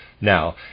Now